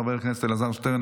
חבר הכנסת אלעזר שטרן,